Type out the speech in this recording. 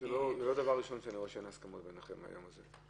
זה לא הדבר הראשון שאני רואה שאין הסכמות ביניכם בעניין הזה.